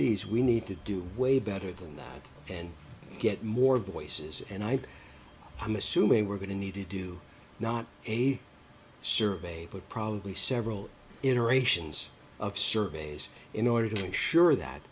ees we need to do way better than that and get more voices and i am assuming we're going to need to do not a survey but probably several iterations of surveys in order to make sure that